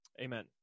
Amen